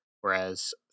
whereas